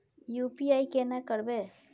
UPI केना करबे?